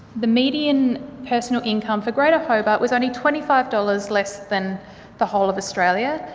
the median personal income for greater hobart was only twenty five dollars less than the whole of australia,